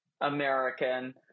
American